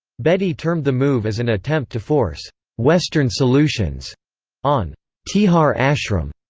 bedi termed the move as an attempt to force western solutions on tihar ashram,